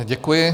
Děkuji.